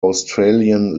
australian